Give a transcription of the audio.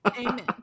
Amen